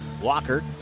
Walker